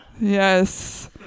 Yes